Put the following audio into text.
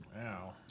Wow